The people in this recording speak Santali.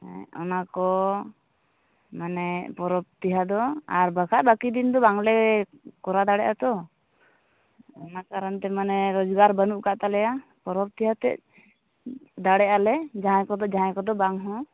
ᱦᱮᱸ ᱚᱱᱟ ᱠᱚ ᱢᱟᱱᱮ ᱯᱚᱨᱚᱵᱽ ᱛᱤᱦᱟ ᱫᱚ ᱟᱨ ᱵᱟᱠᱷᱟᱡ ᱵᱟᱹᱠᱤ ᱫᱤᱱ ᱫᱚ ᱵᱟᱝ ᱞᱮ ᱠᱚᱨᱟᱣ ᱫᱟᱲᱮᱭᱟᱜ ᱛᱚ ᱚᱱᱟ ᱠᱟᱨᱚᱱ ᱛᱮ ᱢᱟᱱᱮ ᱨᱳᱡᱽᱜᱟᱨ ᱵᱟᱹᱱᱩᱜ ᱟᱠᱟᱫ ᱛᱟᱞᱮᱭᱟ ᱯᱚᱨᱚᱵᱽ ᱠᱮ ᱦᱚᱛᱮᱫ ᱛᱮ ᱫᱟᱲᱮᱜ ᱟᱞᱮ ᱡᱟᱦᱟᱭ ᱠᱚᱫᱚ ᱡᱟᱦᱟᱭ ᱠᱚᱫᱚ ᱵᱟᱝ ᱦᱚᱸ